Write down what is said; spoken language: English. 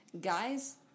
guys